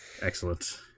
Excellent